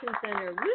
Center